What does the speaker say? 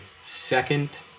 second